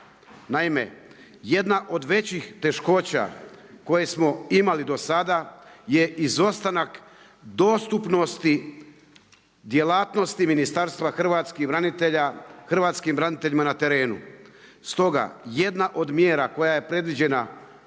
Naime, jedna od većih teškoća koje smo imali do sada je izostanak dostupnosti djelatnosti Ministarstva hrvatskih branitelja, hrvatskim braniteljima na terenu. Stoga jedna od mjera koja je predviđena